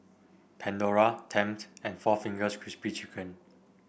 Pandora Tempt and four Fingers Crispy Chicken